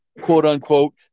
quote-unquote